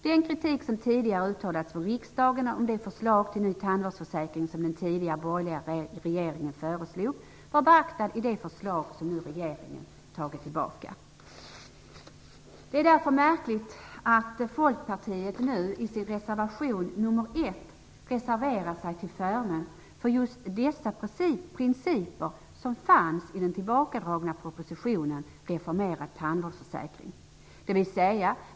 Den kritik som tidigare uttalats från riksdagen om det förslag till ny tandsvårdsförsäkring som den tidigare borgerliga regeringen föreslog var beaktad i det förslag som regeringen nu har tagit tillbaka. Det är därför märkligt att Folkpartiet nu i sin reservation nr 1 reserverar sig till förmån för just de principer som fanns i den tillbakadragna propositionen Reformerad tandvårdsförsäkring.